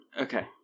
Okay